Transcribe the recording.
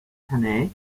hannay